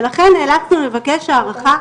ולכן נאלצנו לבקש הארכה,